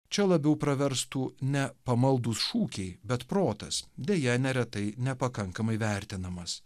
čia labiau praverstų ne pamaldūs šūkiai bet protas deja neretai nepakankamai vertinamas